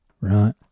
right